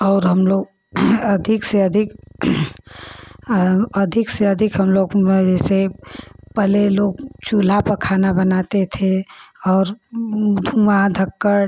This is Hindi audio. और हम लोग अधिक से अधिक अधिक से अधिक हम लोग जैसे पहले लोग चूल्हा पर खाना बनाते थे और धुआँ धक्कड़